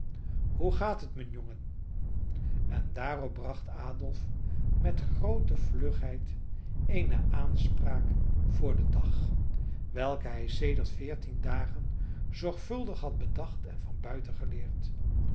hoe gaat het mijn jongen en daarop bracht adolf met groote vlugheid eene aanspraak voor den dag welke hij sedert veertien dagen zorgvuldig had bedacht en van buiten geleerd